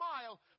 smile